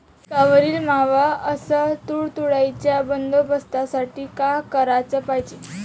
पिकावरील मावा अस तुडतुड्याइच्या बंदोबस्तासाठी का कराच पायजे?